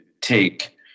take